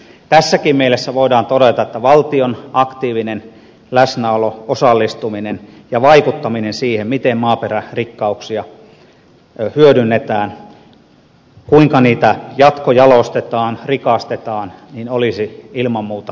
tässäkin mielessä voidaan todeta että valtion aktiivinen läsnäolo osallistuminen ja vaikuttaminen siihen miten maaperärikkauksia hyödynnetään kuinka niitä jatkojalostetaan rikastetaan olisi ilman muuta paikallaan